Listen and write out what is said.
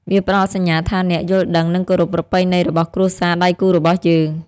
វាផ្ដល់សញ្ញាថាអ្នកយល់ដឹងនិងគោរពប្រពៃណីរបស់គ្រួសារដៃគូររបស់យើង។